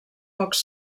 pocs